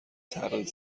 تقلید